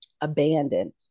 abandoned